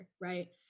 right